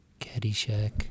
Caddyshack